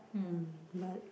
hmm but